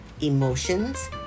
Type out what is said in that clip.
emotions